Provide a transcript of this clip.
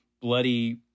bloody